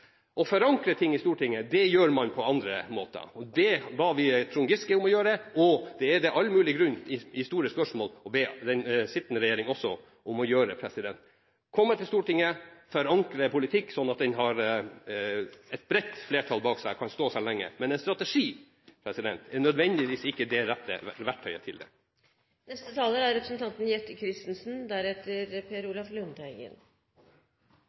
Å forankre ting i Stortinget gjør man på andre måter. Det ba vi Trond Giske om å gjøre, og det er det all mulig grunn til i store spørsmål å be den sittende regjering også om å gjøre – komme til Stortinget, forankre politikken, sånn at en har et bredt flertall bak seg og den kan stå seg lenge. Men en strategi er ikke nødvendigvis det rette verktøyet til det. Representanten Gundersen etterlyste blikkløfting. Det er